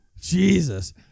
Jesus